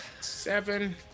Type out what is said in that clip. Seven